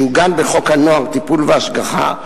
שעוגן בחוק הנוער (טיפול והשגחה),